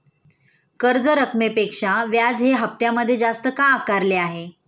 कर्ज रकमेपेक्षा व्याज हे हप्त्यामध्ये जास्त का आकारले आहे?